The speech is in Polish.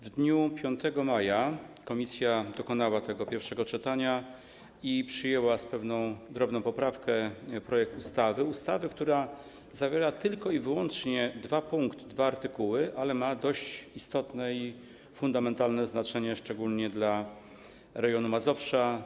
W dniu 5 maja komisja dokonała pierwszego czytania i przyjęła z pewną drobną poprawką projekt ustawy, który zawiera tylko i wyłącznie dwa artykuły, ale ma dość istotne i fundamentalne znaczenie, szczególnie dla rejonu Mazowsza.